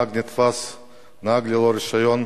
נהג נתפס נוהג ללא רשיון